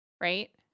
Right